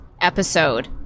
episode